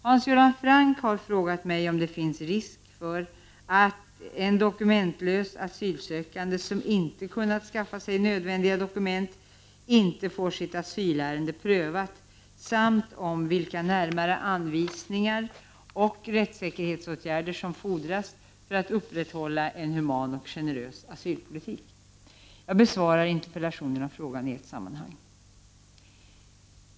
Hans Göran Franck har frågat mig om det finns risk för att en dokumentlös asylsökande, som inte kunnat skaffa sig nödvändiga dokument, inte får sitt asylärende prövat samt om vilka närmare anvisningar och rättssäkerhetsåtgärder som fordras för att upprätthålla en human och generös asylpolitik. Jag besvarar dessa interpellationer och frågan i ett sammanhang.